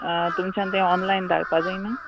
तुमच्यान ते ऑनलायन धाडपा जायना